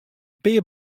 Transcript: pear